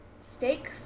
Steak